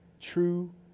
true